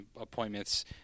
appointments